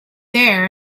there